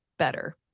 better